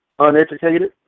uneducated